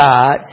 God